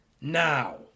now